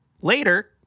later